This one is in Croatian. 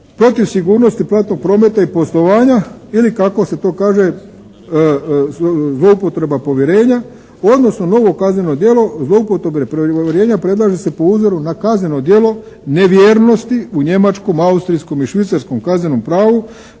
protiv sigurnosti platnog prometa i poslovanja ili kako se to kaže zloupotreba povjerenja odnosno novo kazneno djelo zloupotrebe povjerenja predlaže se po uzoru na kazneno djelo nevjernosti u njemačkom, austrijskom i švicarskom kaznenom pravu